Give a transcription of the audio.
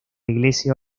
iglesia